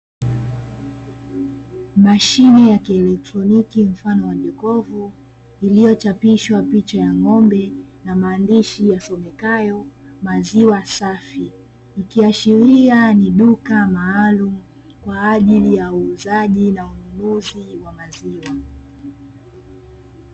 Mashine ya kielektroniki mfano wa jokovu iliyochapishwa picha ya ng'ombe na maandishi yasomekayo maziwa safi ikiashiria ni duka maalum kwa ajili ya uuzaji na ununuzi wa maziwa.